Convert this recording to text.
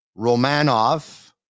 Romanov